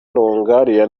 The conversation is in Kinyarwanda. longoria